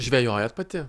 žvejojat pati